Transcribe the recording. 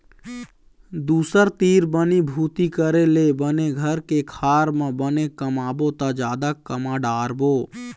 दूसर तीर बनी भूती करे ले बने घर के खार म बने कमाबो त जादा कमा डारबो